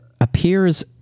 appears